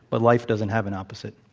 but life doesn't have an opposite.